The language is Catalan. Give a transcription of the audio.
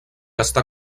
està